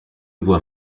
bois